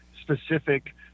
specific